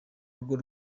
rugo